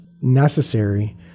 necessary